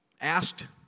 asked